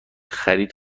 خرید